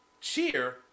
cheer